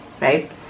right